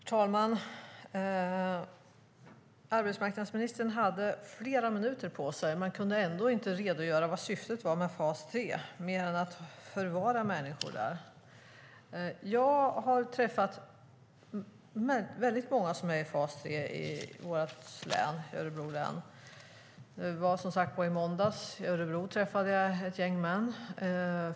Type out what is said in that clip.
Herr talman! Arbetsmarknadsministern hade flera minuter på sig men kunde ändå inte redogöra för vad syftet var med fas 3 mer än att förvara människor där. Jag har träffat väldigt många som är i fas 3 i Örebro län. I måndags var jag i Örebro och träffade ett gäng män.